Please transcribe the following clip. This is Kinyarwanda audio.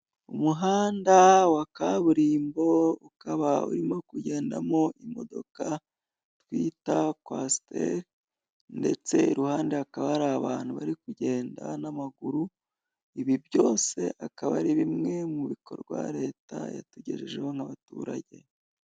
Umuhanda wa kaburimbo ukaba urimo kugendamo imodoka twita kwasiteri ndetse iruhande hakaba hari abantu bari kugenda n'amaguru, ibi byose akaba ari bimwe mu bikorwa Leta yatugejejeho nk'abaturage.